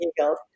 Eagles